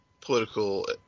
political